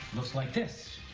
looks like this